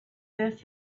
this